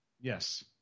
Yes